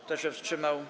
Kto się wstrzymał?